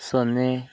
ಸೊನ್ನೆ